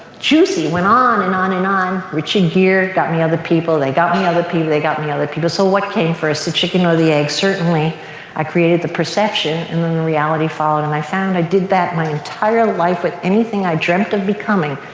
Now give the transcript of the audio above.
juicy went on and on and on. richard gere got me other people. they got me other people. they got me other people. so what came first? the chicken or the egg. certainly i created the perception and then the reality followed. i found i did that my entire life with anything i dreamt of becoming.